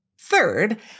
Third